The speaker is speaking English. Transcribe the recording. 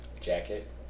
Jacket